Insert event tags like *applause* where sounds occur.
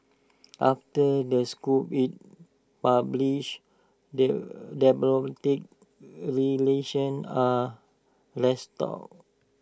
after the scoop is published *unintelligible* diplomatic relations are restored